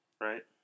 Right